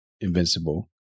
invincible